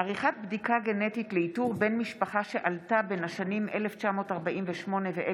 עריכת בדיקה גנטית לאיתור בן משפחה שעלתה בין השנים 1948 ו-1959),